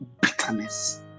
bitterness